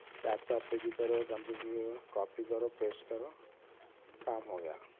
لیپ top پہ بھی کرو کمپیوٹر کرو کاپی کرو پیسٹ کرو کام ہو گیا